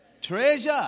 treasure